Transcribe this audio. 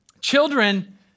children